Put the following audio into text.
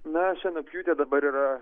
na šienapjūtė dabar yra